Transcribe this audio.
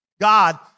God